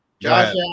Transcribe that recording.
Josh